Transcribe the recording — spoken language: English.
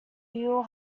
beal